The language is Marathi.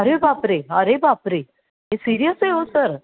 अरे बापरे अरे बापरे हे सिरीयस आहे हो सर